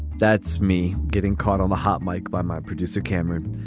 that's me getting caught on a hot mike by my producer cameron.